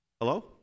Hello